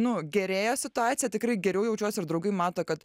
nu gerėja situacija tikrai geriau jaučiuos ir draugai mato kad